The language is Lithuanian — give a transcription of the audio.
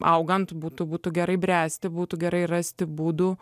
augant būtų būtų gerai bręsti būtų gerai rasti būdų